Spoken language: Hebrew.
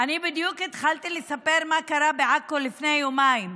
אני בדיוק התחלתי לספר מה קרה בעכו לפני יומיים.